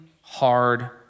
hard